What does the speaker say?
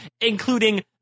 including